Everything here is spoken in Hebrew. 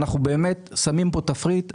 אנחנו באמת שמים פה תפריט,